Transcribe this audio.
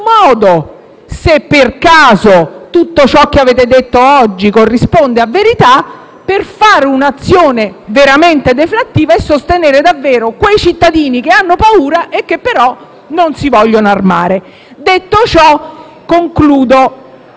modo - se per caso tutto ciò che avete detto oggi corrisponde a verità - per porre in essere un'azione veramente deflattiva e sostenere davvero quei cittadini che hanno paura e che però non si vogliono armare. Detto ciò, concludo